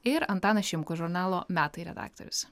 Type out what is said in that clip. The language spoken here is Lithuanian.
ir antanas šimkus žurnalo metai redaktorius